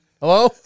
Hello